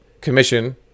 commission